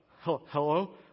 Hello